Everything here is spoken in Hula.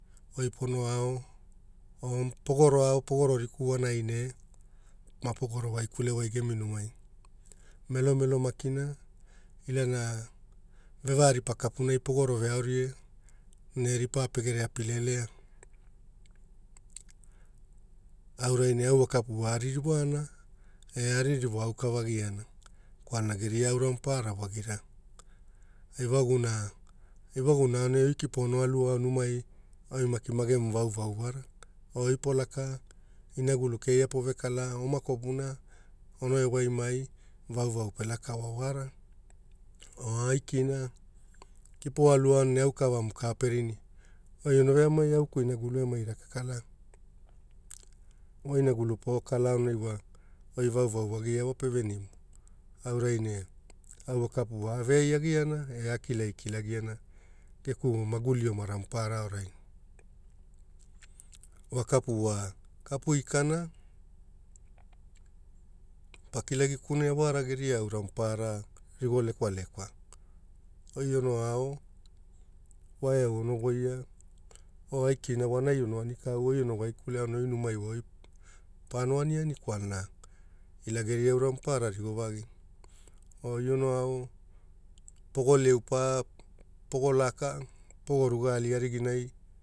Oi pono ao avamu pogoro ao pogoro ne mapogoro laukule gemi numa. Melomelo makina ilana vevaaripa kapunai pogoro veaaoria ne ripa pegere api lelea gaurai ne vokapu pe airiwana e aririwa auka vagiana kwalana geria aura maparara wagira e waguna, e waguna oi kpo ona alu ao numa oi maki magemu vauvau wara oi polaka inagulu keira pove kala oma kopuna ono vawaimai vauvau pe laka o wara o aikina kipo alu ao aukavamu ka pe rini oi ona veamai au geku inagulu e raka kala. Vo inagulu pogo kala aonai wa oi vauvau wagia mape venimu aurai ne au vokapu aveiagaiana e akilagi kilagiana geku maguli omara mapararai aorai. vokapu wa kapu ikana pakilagi kunea wara geria aura maparara rigo lekwalekwa, oi ono ao wau ono voia o aikina ono anikau oi ono waikule aonai oi numai wa oi pono aniani kwalana ila geria aura maparara rigo vagi. Oi ono ao pogo leu pa, pogo laka, pogo ruga ali ariginai.